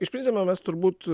išpildymą mes turbūt